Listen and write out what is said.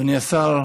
אדוני השר,